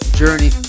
journey